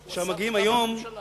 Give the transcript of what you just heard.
שאנחנו מגיעים היום